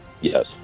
Yes